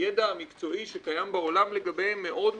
שהידע המקצועי שקיים בעולם לגביהם מאוד מצומצם.